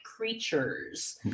creatures